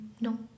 No